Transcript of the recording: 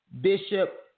Bishop